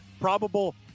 probable